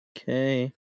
Okay